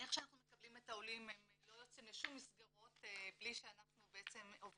איך שאנחנו מקבלים את העולים הם לא יוצאים לשום מסגרות בלי שהם עוברים